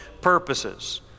purposes